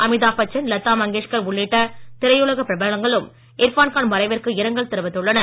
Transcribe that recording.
அமிதாப் பச்சன் லதா மங்கேஷ்கர் உள்ளிட்ட திரையுலக பிரபலங்களும் இர்ஃபான் கான் மறைவிற்கு இரங்கல் தெரிவித்துள்ளனர்